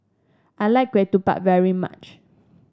I like ketupat very much